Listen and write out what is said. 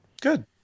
Good